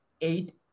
eight